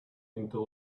into